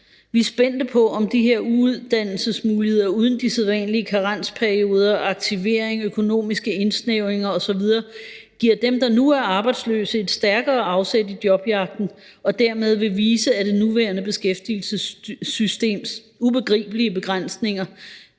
Vi er spændte på, om de her uddannelsesmuligheder uden de sædvanlige karensperioder, aktivering, økonomiske indsnævringer osv. giver dem, der nu er arbejdsløse, et stærkere afsæt i jobjagten og dermed vil vise, at det nuværende beskæftigelsessystems ubegribelige begrænsninger